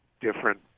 different